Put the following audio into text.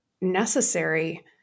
necessary